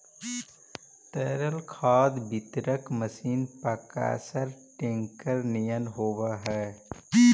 तरल खाद वितरक मशीन पअकसर टेंकर निअन होवऽ हई